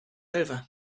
over